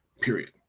period